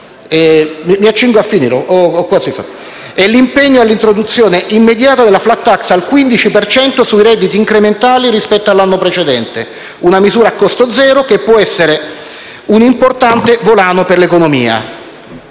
con misure strutturali, e l'impegno all'introduzione immediata della *flat tax* al 15 per cento sui redditi incrementali rispetto all'anno precedente. Una misura a costo zero, che può essere un importante volano per l'economia.